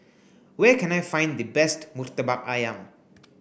where can I find the best Murtabak Ayam